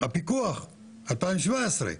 הפיקוח, 2017,